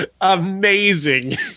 amazing